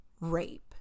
rape